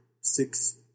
six